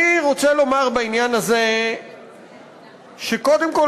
אני רוצה לומר בעניין הזה שקודם כול